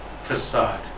facade